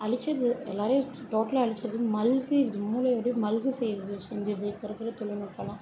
அளிச்சிடுது எல்லாரையும் டோட்டலாக அளிச்சிடுது மழுகருது மூளையை அப்படியே மழுக செய்து செஞ்சுடுது இப்போ இருக்கிற தொழில்நுட்பம்லாம்